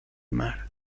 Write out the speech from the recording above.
mar